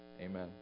Amen